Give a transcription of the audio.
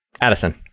Addison